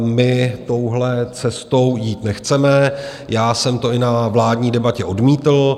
My touhle cestou jít nechceme, já jsem to i na vládní debatě odmítl.